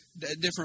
different